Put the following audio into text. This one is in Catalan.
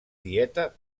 dieta